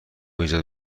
ایجاد